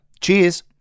Cheers